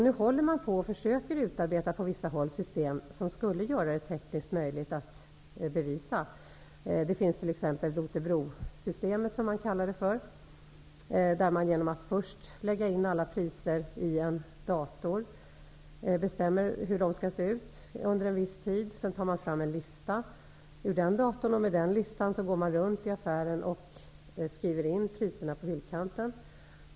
Nu håller man på vissa håll på att utarbeta system som skall göra det tekniskt möjligt att bevisa detta. I det s.k. Rotebrosystemet lägger man först in alla priser för en viss tid i en dator. Sedan tar man fram en lista ur den datorn, och med den listan går man runt i affären och skriver in priserna på hyllkanten.